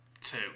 two